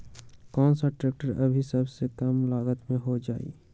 कौन सा ट्रैक्टर अभी सबसे कम लागत में हो जाइ?